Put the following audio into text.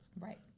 right